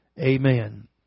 Amen